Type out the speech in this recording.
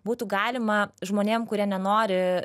būtų galima žmonėm kurie nenori